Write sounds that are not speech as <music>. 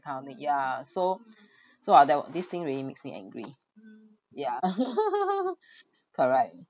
help me ya so so ah that this thing really makes me angry ya <laughs> correct